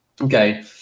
okay